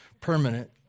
permanent